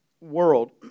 world